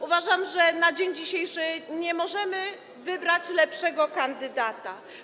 Uważam, że na dzień dzisiejszy nie możemy wybrać lepszego kandydata.